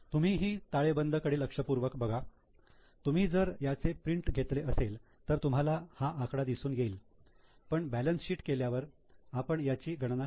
तुम्ही ही ताळेबंद कडे लक्षपूर्वक बघा तुम्ही जर याचे प्रिंट घेतले असेल तर तुम्हाला हा आकडा दिसून येईल पण बॅलन्स शीट केल्यावर आपण याची गणना करू